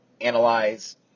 analyze